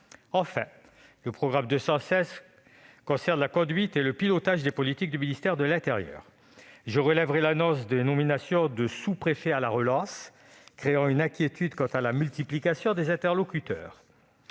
Enfin, le programme 216 concerne la conduite et le pilotage des politiques du ministère de l'intérieur. Je relèverai l'annonce des nominations de « sous-préfets à la relance », créant une inquiétude quant à la multiplication des interlocuteurs.